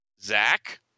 Zach